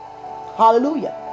Hallelujah